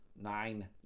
nine